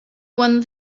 one